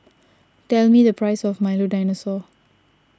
tell me the price of Milo Dinosaur